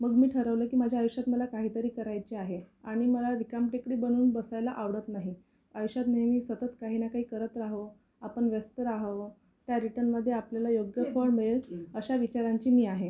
मग मी ठरवलं की माझ्या आयुष्यात मला काहीतरी करायचे आहे आणि मला रिकामटेकडी बनून बसायला आवडत नाही आयुष्यात नेहमी सतत काही ना काही करत रहावं आपण व्यस्त रहावं त्या रिटर्नमध्ये आपल्याला योग्य फळ मिळेल अशा विचारांची मी आहे